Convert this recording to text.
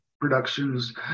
productions